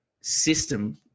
system